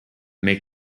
make